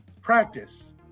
practice